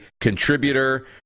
contributor